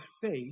faith